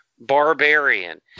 Barbarian